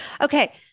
Okay